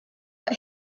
but